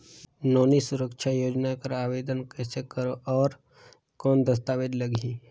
नोनी सुरक्षा योजना कर आवेदन कइसे करो? और कौन दस्तावेज लगही?